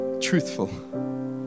truthful